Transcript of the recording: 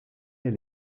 elle